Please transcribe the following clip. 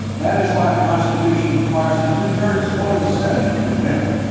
that is why the constitution requires a two thirds vote of the senate to convict.